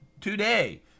today